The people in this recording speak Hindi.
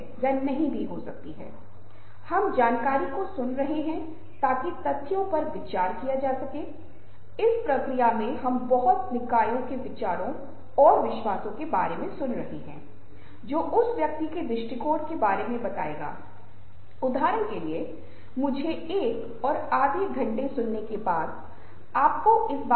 तो वास्तव में महान संचारक क्या है या अगर मैं बहुत संक्षेप में यह कहूं तो यह इस तरह से होगा कि वे हमेशा सच बोलना पसंद करते हैं वे अगर और लेकिन में बातचीत करना पसंद नहीं करते हैं और वे बात की सीधे अंक पर आएंगे